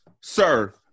sir